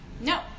no